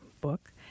book